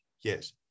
yes